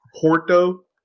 Porto